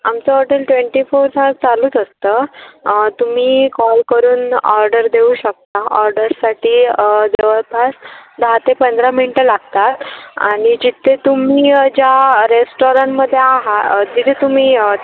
आमचं hotel twenty four चालूच असतं तुम्ही कॉल करून ऑर्डर देऊ शकता ऑर्डरसाठी जवळपास दहा ते पंधरा मिनटं लागतात आणि जिथे तुम्ही ज्या रेस्टॉरंटमध्ये आहात तिथे तुम्ही